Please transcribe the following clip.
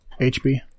HB